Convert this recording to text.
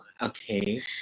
okay